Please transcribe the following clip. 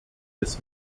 des